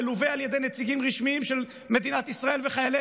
מלווה על ידי נציגים רשמיים של מדינת ישראל וחיילי